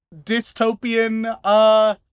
dystopian